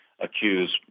accuse